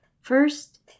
First